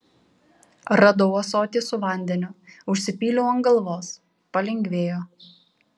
radau ąsotį su vandeniu užsipyliau ant galvos palengvėjo